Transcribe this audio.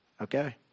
Okay